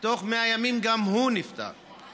גם הוא נפטר תוך 100 ימים.